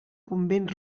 convent